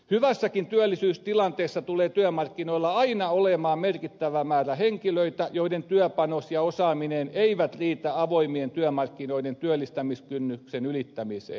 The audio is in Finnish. hyvässäkin työllisyystilanteessa tulee työmarkkinoilla aina olemaan merkittävä määrä henkilöitä joiden työpanos ja osaaminen eivät riitä avoimien työmarkkinoiden työllistämiskynnysten ylittämiseen